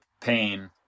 pain